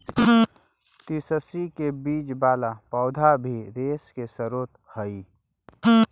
तिस्सी के बीज वाला पौधा भी रेशा के स्रोत हई